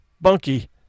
Bunky